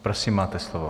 Prosím, máte slovo.